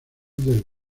del